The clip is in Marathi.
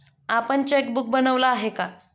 आपण चेकबुक बनवलं आहे का?